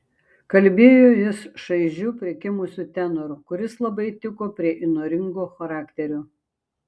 kalbėjo jis šaižiu prikimusiu tenoru kuris labai tiko prie įnoringo charakterio